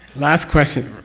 last question.